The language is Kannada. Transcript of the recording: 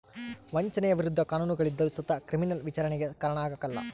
ವಂಚನೆಯ ವಿರುದ್ಧ ಕಾನೂನುಗಳಿದ್ದರು ಸುತ ಕ್ರಿಮಿನಲ್ ವಿಚಾರಣೆಗೆ ಕಾರಣ ಆಗ್ಕಲ